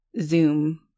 zoom